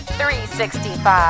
365